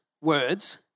words